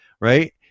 right